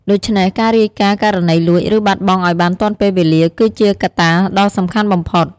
ដូច្នេះ ការរាយការណ៍ករណីលួច ឬបាត់បង់ឲ្យបានទាន់ពេលវេលា គឺជាកត្តាដ៏សំខាន់បំផុត។